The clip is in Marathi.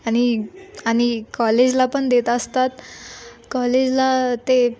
आणि आणि कॉलेजला पण देत असतात कॉलेजला ते